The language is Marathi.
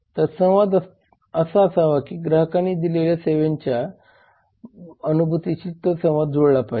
तर संवाद असा असावा की ग्राहकांना दिलेल्या सेवांच्या अनुभूतीशी तो संवाद जुळाला पाहिजे